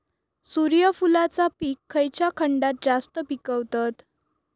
सूर्यफूलाचा पीक खयच्या खंडात जास्त पिकवतत?